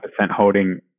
holding